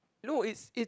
no is it